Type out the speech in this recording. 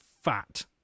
fat